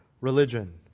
religion